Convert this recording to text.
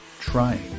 trying